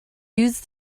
use